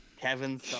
Kevin